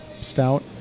stout